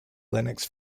linux